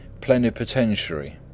Plenipotentiary